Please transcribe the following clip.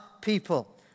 people